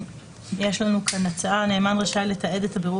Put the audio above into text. יש לנו כאן הצעה האומרת: "נאמן רשאי לתעד את הבירור